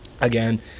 Again